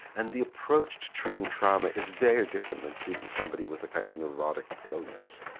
and the approach to treating trauma is very different than treating somebody with a kind of neurotic illness,